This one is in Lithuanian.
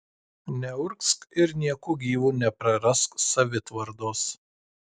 neurgzk ir nieku gyvu neprarask savitvardos